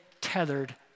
tethered